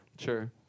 Sure